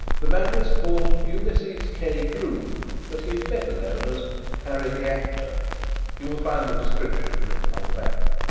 the man is called ulysses k. groom, but he is better known as harry the actor you will find the description written on the back.